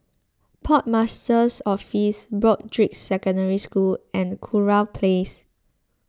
Port Master's Office Broadrick Secondary School and Kurau Place